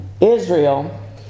Israel